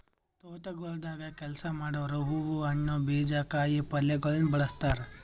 ತೋಟಗೊಳ್ದಾಗ್ ಕೆಲಸ ಮಾಡೋರು ಹೂವು, ಹಣ್ಣು, ಬೀಜ, ಕಾಯಿ ಪಲ್ಯಗೊಳನು ಬೆಳಸ್ತಾರ್